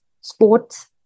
sports